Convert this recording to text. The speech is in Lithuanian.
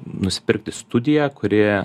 nusipirkti studiją kuri